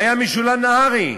והיה משולם נהרי.